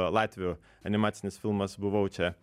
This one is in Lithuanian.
latvių animacinis filmas buvau čia